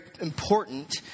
important